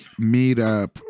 meetup